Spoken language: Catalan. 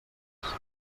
sis